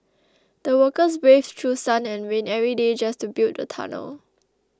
the workers braved through sun and rain every day just to build the tunnel